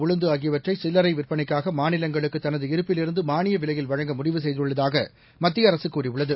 உளுந்து ஆகியவற்றை சில்லரை விற்பனைக்காக மாநிலங்களுக்கு தனது இருப்பிலிருந்து மானிய விலையில் வழங்க முடிவு செய்துள்ளதாக மத்திய அரசு கூறியுள்ளது